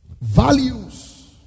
values